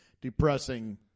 depressing